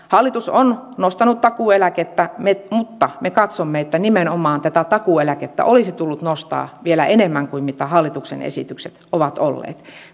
hallitus on nostanut takuueläkettä mutta me katsomme että nimenomaan tätä takuueläkettä olisi tullut nostaa vielä enemmän kuin mitä hallituksen esitykset ovat olleet